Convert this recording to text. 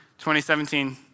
2017